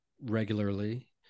regularly